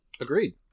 Agreed